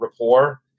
rapport